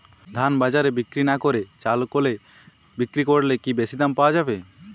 ধান বাজারে বিক্রি না করে চাল কলে বিক্রি করলে কি বেশী দাম পাওয়া যাবে?